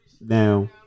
Now